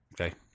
Okay